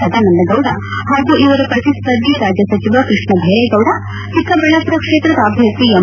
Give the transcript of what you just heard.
ಸದಾನಂದ ಗೌಡ ಹಾಗೂ ಇವರ ಪ್ರತಿಸ್ಪರ್ಧಿ ರಾಜ್ಯ ಸಚಿವ ಕೃಷ್ಣಬೈರೇಗೌಡ ಚಿಕ್ಕಬಳ್ಳಾಮರ ಕ್ಷೇತ್ರದ ಅಭ್ಯರ್ಥಿ ಎಂ